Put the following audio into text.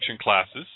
classes